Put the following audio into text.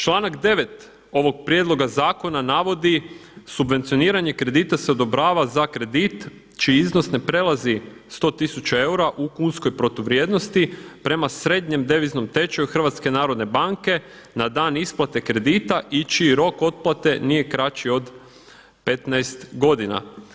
Članak 9. ovog prijedloga zakona navodi „subvencioniranje kredita se odobrava za kredit čiji iznos ne prelazi 100 tisuća eura u kunskoj protuvrijednosti prema srednjem deviznom tečaju HNB-a na dan isplate kredita i čiji rok otplate nije kraći od 15 godina“